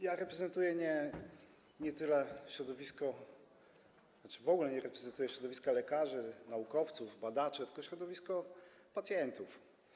Ja reprezentuję nie tyle środowisko... tzn. w ogóle nie reprezentuję środowiska lekarzy, naukowców, badaczy, tylko środowisko pacjentów.